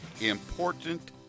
important